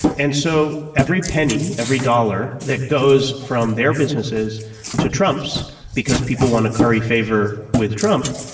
and so every penny every dollar that goes from their businesses to trump's because people want to curry favor with trump.